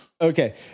Okay